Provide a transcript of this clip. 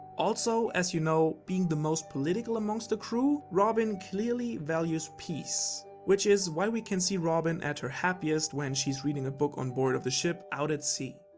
also, as you know, being the most political amongst the crew, robin dearly values peace. which is why we can see robin at her happiest when she is reading a book on board of the ship out at sea.